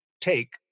take